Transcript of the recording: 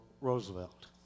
Roosevelt